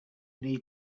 need